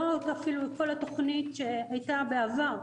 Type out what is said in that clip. לא אפילו כל התכנית שהיתה בעבר,